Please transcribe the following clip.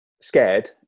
scared